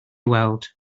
weld